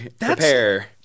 prepare